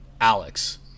Alex